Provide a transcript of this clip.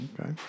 Okay